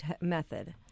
method